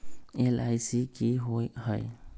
LIC की होअ हई?